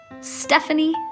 Stephanie